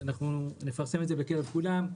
אנחנו נפרסם את זה בקרב כולם,